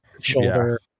shoulder